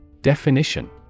Definition